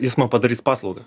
jis man padarys paslaugą